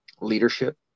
leadership